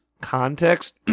context